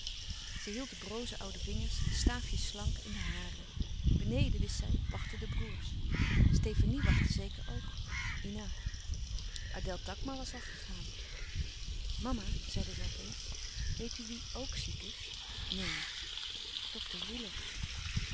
zij hield de broze oude vingers staafjesslank in de hare beneden wist zij wachtten de broêrs stefanie wachtte zeker ook ina adèle takma was al gegaan mama zeide zij op eens weet u wie ok ziek is neen